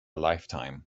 lifetime